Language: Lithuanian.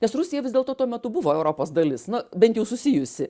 nes rusija vis dėlto tuo metu buvo europos dalis no bent jau susijusi